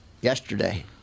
yesterday